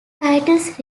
titles